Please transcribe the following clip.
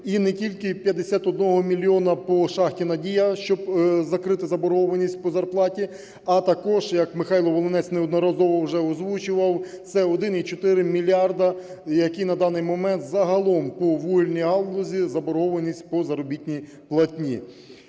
І не тільки 51 мільйон по шахті "Надія", щоб закрити заборгованість по зарплаті, а також, як Михайло Волинець неодноразово вже озвучував, це 1,4 мільярди, які на даний момент загалом по вугільній галузі заборгованість по заробітній платні.